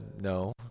no